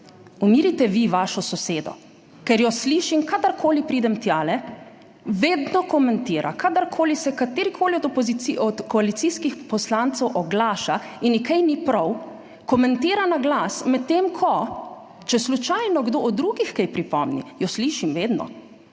umirite vi vašo sosedo, ker jo slišim kadarkoli pridem tjale, vedno komentira, kadarkoli se katerikoli od koalicijskih poslancev oglaša in ji kaj ni prav, komentira na glas, medtem ko, če slučajno kdo od drugih kaj pripomni, jo slišim vedno,